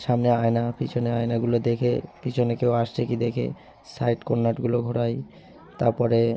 সামনে আয়না পিছনে আয়নাগুলো দেখে পিছনে কেউ আছে কি দেখে সাইড কর্নারগুলো ঘোরাই তারপরে